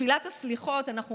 בתפילת הסליחות אנחנו אומרים,